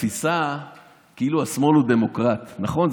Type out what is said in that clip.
בתפיסה כאילו השמאל הוא דמוקרט, נכון?